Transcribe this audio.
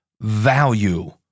value